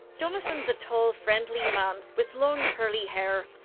jonathan's a tall, friendly man with long curly hair.